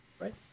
Right